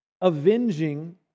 avenging